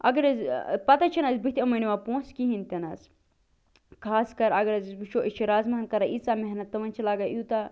اگر حظ ٲں پتہٕ حظ چھِنہٕ اسہِ بُتھہِ یِمن یِوان پونٛسہٕ کِہیٖنۍ تہِ نہٕ حظ خاص کر اگر حظ أسۍ وُچھو أسۍ چھِ رازمہ ہن کَران ییٖژاہ محنت تِمن چھُ لگان یوٗتاہ